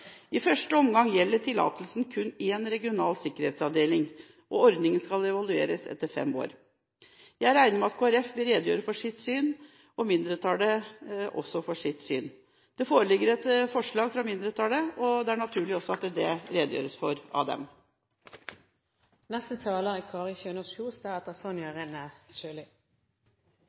I første omgang gjelder tillatelsen kun én regional sikkerhetsavdeling, og ordningen skal evalueres etter fem år. Jeg regner med at Kristelig Folkeparti vil redegjøre for sitt syn. Det foreligger et forslag fra mindretallet, og det er naturlig at dette redegjøres for av